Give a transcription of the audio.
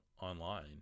online